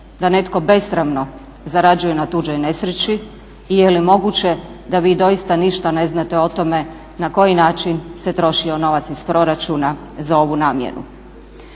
da netko besramno zarađuje na tuđoj nesreći? I je li moguće da vi doista ništa ne znate o tome na koji način se trošio novac iz proračuna za ovu namjenu?